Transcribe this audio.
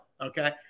Okay